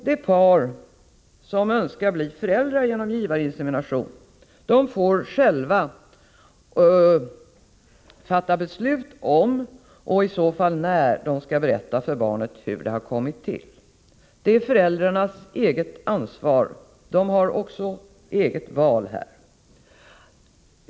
De par som önskar bli föräldrar genom givarinsemination får själva fatta beslut i frågan, om och i så fall när de skall berätta för barnet hur det har kommit till. Det är föräldrarnas eget ansvar; de har här också ett eget val.